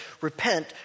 repent